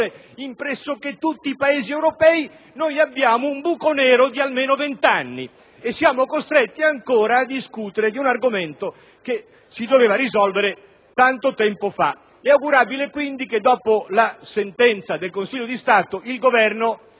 pressoché in tutti i Paesi europei, noi abbiamo un buco nero di almeno 20 anni e siamo costretti ancora a discutere di un argomento che si doveva risolvere tanto tempo fa. È augurabile, quindi, che dopo la sentenza del Consiglio di Stato il Governo,